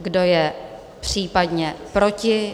Kdo je případně proti?